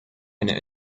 eine